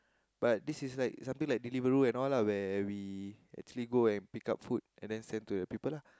but this is like something like Deliveroo and all lah where we actually go and pick up food and then send to all the people lah